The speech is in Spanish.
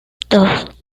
dos